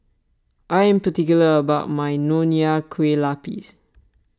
I am particular about my Nonya Kueh Lapis